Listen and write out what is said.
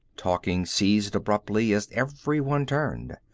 talking ceased abruptly, as everyone turned.